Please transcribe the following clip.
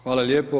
Hvala lijepo.